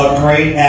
great